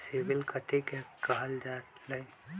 CIBIL कथि के काहल जा लई?